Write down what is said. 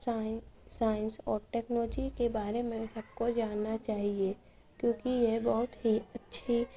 science اور technology کے بارے میں سب کو جاننا چاہیے کیونکہ یہ بہت ہی اچھی